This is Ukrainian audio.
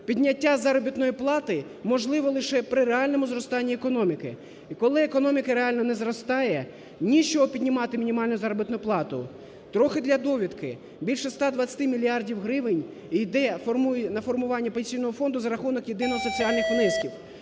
Підняття заробітної плати можливе лише при реальному зростанні економіки. І, коли економіка реально не зростає, ні з чого піднімати мінімальну заробітну плату. Трохи для довідки. Більше 120 мільярдів гривень йде на формування Пенсійного фонду за рахунок єдиних соціальних внесків.